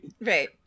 Right